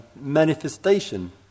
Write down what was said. manifestation